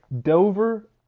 Dover